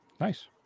Nice